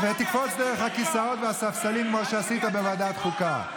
אז תאפשרו למי שרוצה להיכנס.